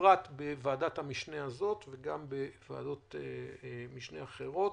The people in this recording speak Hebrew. בפרט בוועדת המשנה הזאת וגם בוועדות משנה אחרות,